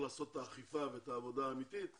לעשות את האכיפה ואת העבודה האמיתית